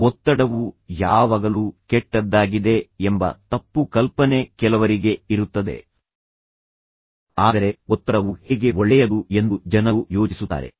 ಒತ್ತಡವು ಯಾವಾಗಲೂ ಕೆಟ್ಟದ್ದಾಗಿದೆ ಎಂಬ ತಪ್ಪು ಕಲ್ಪನೆ ಕೆಲವರಿಗೆ ಇರುತ್ತದೆ ಆದರೆ ಒತ್ತಡವು ಹೇಗೆ ಒಳ್ಳೆಯದು ಎಂದು ಜನರು ಯೋಚಿಸುತ್ತಾರೆ